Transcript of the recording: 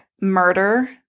murder